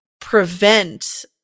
prevent